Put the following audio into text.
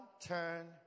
turn